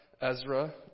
Ezra